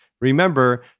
Remember